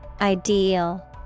Ideal